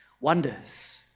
wonders